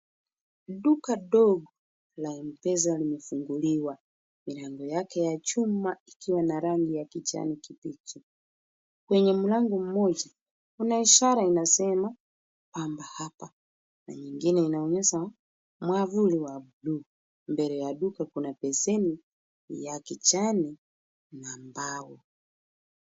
Duka dogo la M-Pesa limefunguliwa. Milango yake ya chuma ikiwa na rangi ya kijani kibichi. Kwenye mlango mmoja kuna ishara inasema, bamba hapa na nyingine inaonyesha mwavuli wa bluu. Mbele ya duka kuna besheni ya kijani na mbao.